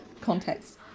context